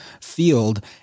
field